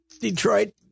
Detroit